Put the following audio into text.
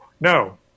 No